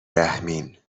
رحمین